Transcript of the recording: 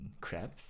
crabs